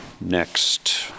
next